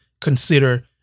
consider